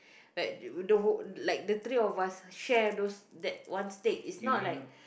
but the whole like the three of us share those that one steak it's not like